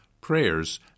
prayers